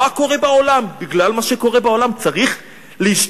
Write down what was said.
מה קורה בעולם בגלל מה שקורה בעולם צריך להשתולל?